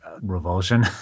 revulsion